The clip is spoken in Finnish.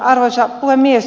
arvoisa puhemies